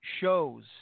shows